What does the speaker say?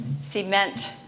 cement